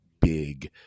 big